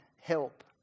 help